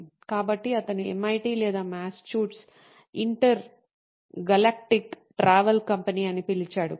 కాబట్టి అతను MIT లేదా Massachusetts intergalactic travel company అని పిలిచాడు